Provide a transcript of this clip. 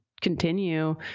continue